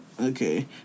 Okay